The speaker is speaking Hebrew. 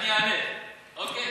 אני אענה, אוקיי?